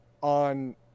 on